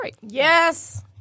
Yes